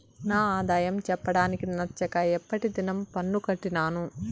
నా ఆదాయం చెప్పడానికి నచ్చక ఎప్పటి దినం పన్ను కట్టినాను